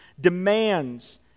demands